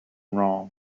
wrong